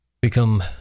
become